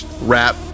rap